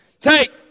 Take